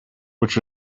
which